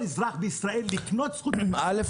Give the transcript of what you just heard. אזרח בישראל לקנות זכות בכסף --- א',